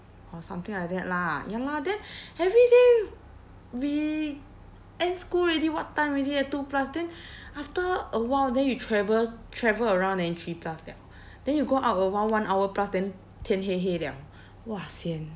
or something like that lah ya lah then every day we end school already what time already eh two plus then after a while then you travel travel around then three plus liao then you go out a while one hour plus then 天黑黑了 !wah! sian